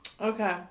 Okay